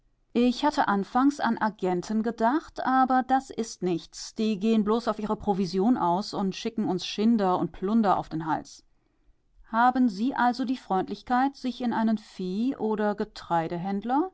ich hatte anfangs an agenten gedacht aber das ist nichts die gehen bloß auf ihre provision aus und schicken uns schinder und plunder auf den hals haben sie also die freundlichkeit sich in einen vieh oder